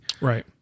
Right